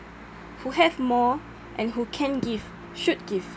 who have more and who can give should give